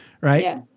right